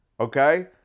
Okay